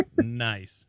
Nice